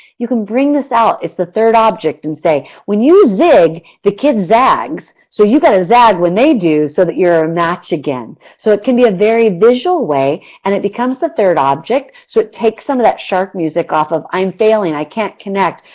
you can bring this out, it's the third object and say, when you zig, the kid zags, so, you got to zag when they do so you're a match again. so, it can be a very visual way, and it becomes the third object so it takes some of that shark music off of, i'm failing, i can't connect,